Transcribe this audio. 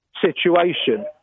situation